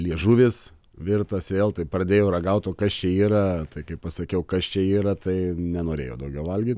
liežuvis virtas vėl taip pradėjau ragaut o kas čia yra tai kai pasakiau kas čia yra tai nenorėjo daugiau valgyt